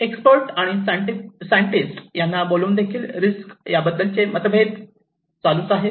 expert आणि scientist यांना बोलून देखील रिस्क याबद्दल मतभेद चालूच आहेत